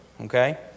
Okay